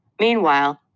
Meanwhile